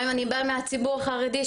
גם אם אני באה מהציבור החרדי,